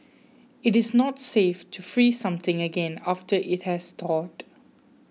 it is not safe to freeze something again after it has thawed